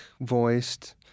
voiced